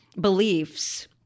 beliefs